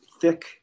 thick